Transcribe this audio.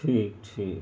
ठीक ठीक